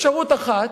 אפשרות אחת,